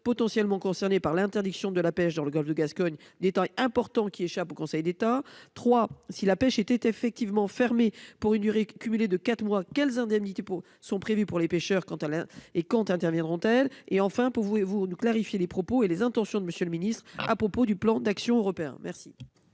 potentiellement concernés par l'interdiction de la pêche dans le Golfe de Gascogne. Détail important qui échappe au Conseil d'État trois si la pêche était effectivement fermé pour une durée cumulée de quatre mois, quelles indemnités pour sont prévues pour les pêcheurs. Quant à la et quand interviendront-t-elle et enfin pour vous et vous de clarifier les propos et les intentions de Monsieur le Ministre. À propos du plan d'action européen merci.